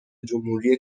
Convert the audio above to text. جمهوری